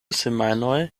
semajnoj